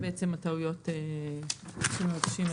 זה בעצם הטעויות שמבקשים לתקן.